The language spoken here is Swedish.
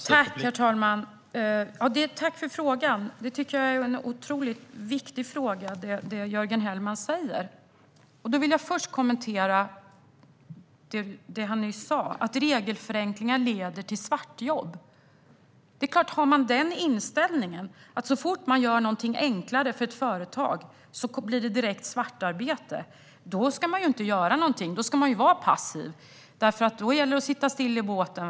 Herr talman! Tack för frågan! Det Jörgen Hellman säger är otroligt viktigt. Först vill jag kommentera det han sa om att regelförenklingar leder till svartjobb. Om man har inställningen att svartarbete direkt uppstår så fort man gör det enklare för företag ska man självklart inte göra någonting utan vara passiv. Då gäller det att sitta still i båten.